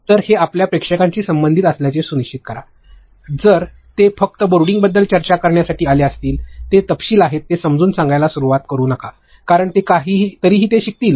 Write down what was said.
तर हे आपल्या प्रेक्षकांशी संबंधित असल्याचे सुनिश्चित करा जर ते फक्त बोर्डिंगबद्दल चर्चा करण्यासाठी आले असतील जे तपशील आहेत ते समजावून सांगायला सुरूवात करू नका कारण ते तरीही ते शिकतील